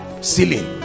Ceiling